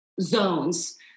zones